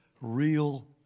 real